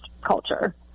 culture